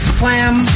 clam